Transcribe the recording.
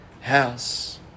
house